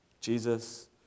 Jesus